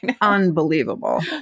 unbelievable